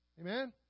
Amen